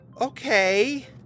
Okay